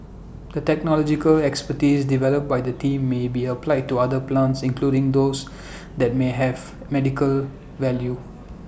the technological expertise developed by the team may be applied to other plants including those that may have medical value